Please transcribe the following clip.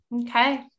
okay